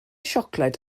siocled